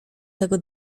tego